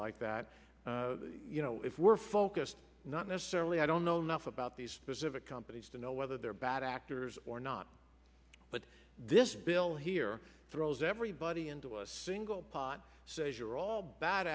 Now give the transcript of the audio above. like that you know if we're focused not necessarily i don't know enough about these specific companies to know whether they're bad actors or not but this bill here throws everybody into a single pot says you're all bad